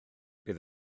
bydd